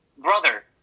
brother